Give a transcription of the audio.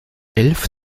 elf